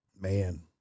man